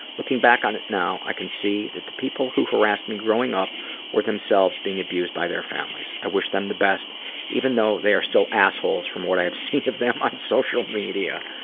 looking back on it now, i can see that the people who harassed me growing up were themselves being abused by their families. i wish them the best even though they're still assholes from what i've seen of them on social media.